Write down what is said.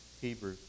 Hebrew